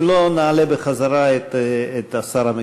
אם לא, נעלה בחזרה את השר המקשר.